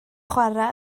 chwarae